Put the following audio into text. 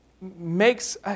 makes